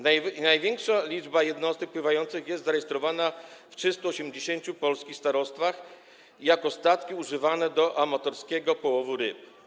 Największa liczba jednostek pływających jest zarejestrowana w 380 polskich starostwach jako statki używane do amatorskiego połowu ryb.